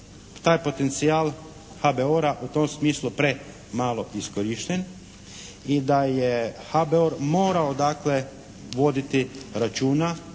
taj potencijal HBOR-a u tom smislu premalo iskorišten i da je HBOR morao dakle voditi računa